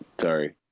Sorry